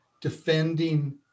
defending